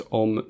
om